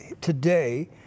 Today